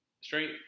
Straight